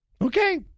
Okay